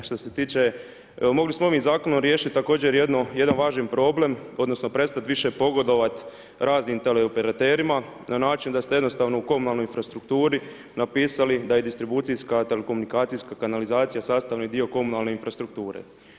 A što se tiče mogli smo ovim zakonom riješiti također jedan važan problem odnosno prestat više pogodovat raznim teleoperaterima na način da ste jednostavno u komunalnoj infrastrukturi napisali da je distribucijska telekomunikacijska kanalizacija sastavni dio komunalne infrastrukture.